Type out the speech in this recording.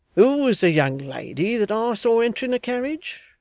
who was the young lady that i saw entering a carriage?